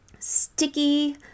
sticky